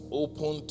open